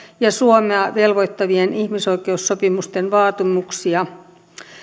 ja suomea velvoittavien ihmisoikeussopimusten vaatimuksia